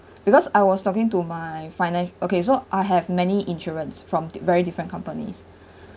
because I was talking to my finance okay so I have many insurance from di~ very different companies